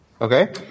Okay